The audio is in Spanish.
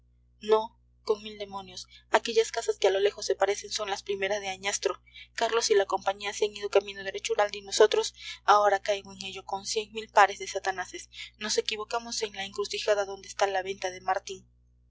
no con mil demonios aquellas casas que a lo lejos se parecen son las primeras de añastro carlos y la compañía se han ido camino derecho a uralde y nosotros ahora caigo en ello con cien mil pares de satanases nos equivocamos en la encrucijada donde está la venta de martín